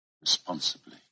responsibly